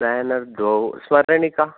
banner द्वौ स्मरणिका